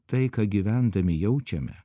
tai ką gyvendami jaučiame